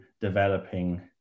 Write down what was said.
developing